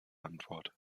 antwort